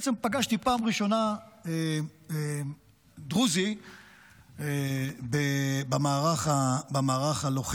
בעצם פגשתי פעם ראשונה דרוזי במערך הלוחם,